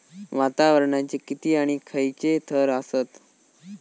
वातावरणाचे किती आणि खैयचे थर आसत?